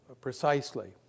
precisely